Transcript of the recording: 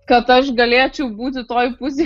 kad aš galėčiau būti toj pusėj